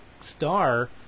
star